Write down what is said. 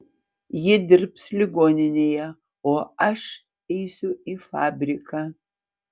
ji dirbs ligoninėje o aš eisiu į fabriką